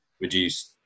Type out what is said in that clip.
reduce